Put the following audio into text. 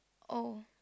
oh